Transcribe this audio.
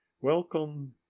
welcome